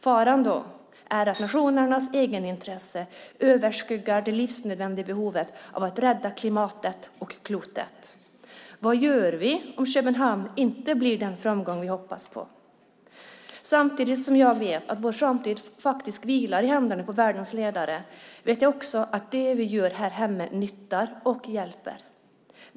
Faran är att nationernas egenintresse överskuggar det livsnödvändiga behovet av att rädda klimatet och klotet. Vad gör vi om Köpenhamnsmötet inte blir den framgång vi hoppas på? Samtidigt som jag vet att vår framtid vilar i händerna på världens ledare vet jag också att det vi gör hemma nyttar och hjälper.